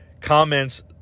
comments